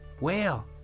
whale